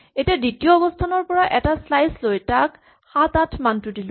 এতিয়া দ্বিতীয় অৱস্হানৰ পৰা এটা স্লাইচ লৈ তাত ৭ ৮ মানটো দিলো